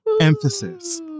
emphasis